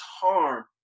harm